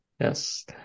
Yes